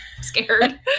scared